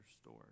store